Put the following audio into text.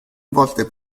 volte